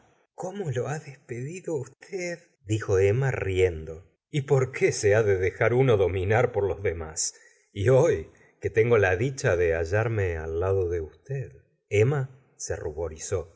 icmo lo ha despedido usted dijo emma riendo y por qué se ha de dejar uno dominar por los demás y hoy que tengo la dicha de hallarme al lado de usted emma se ruborizó